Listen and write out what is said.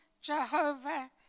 Jehovah